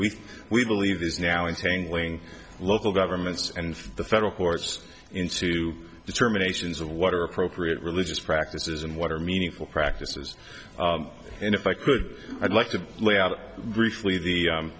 we we believe this now and saying wing local governments and the federal courts into determinations of what are appropriate religious practices and what are meaningful practices and if i could i'd like to lay out briefly the